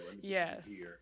Yes